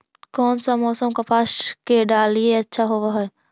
कोन सा मोसम कपास के डालीय अच्छा होबहय?